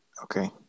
Okay